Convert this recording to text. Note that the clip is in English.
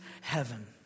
heaven